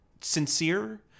Sincere